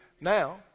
now